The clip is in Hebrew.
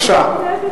בבקשה.